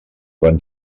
van